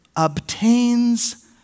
obtains